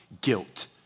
guilt